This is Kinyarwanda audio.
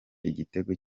igitego